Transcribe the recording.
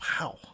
wow